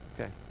okay